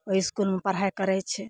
ओइ इसकुलमे पढ़ाइ करय छै